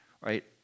Right